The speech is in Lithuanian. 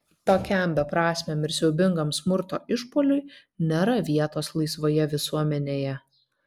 tokiam beprasmiam ir siaubingam smurto išpuoliui nėra vietos laisvoje visuomenėje